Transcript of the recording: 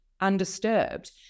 undisturbed